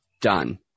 done